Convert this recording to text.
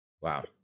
Wow